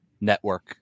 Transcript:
network